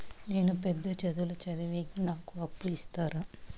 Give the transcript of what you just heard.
నేను పెద్ద చదువులు చదివేకి నాకు అప్పు ఇస్తారా